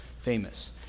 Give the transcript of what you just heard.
famous